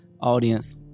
audience